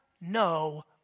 no